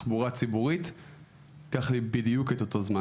אני מתכבד לפתוח את הישיבה בנושא מצב התחבורה הציבורית בישראל.